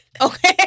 Okay